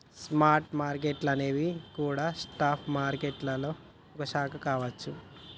spot market అనేది గూడా stock మారికెట్టులోనే ఒక శాఖ కావచ్చు